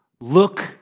look